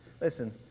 listen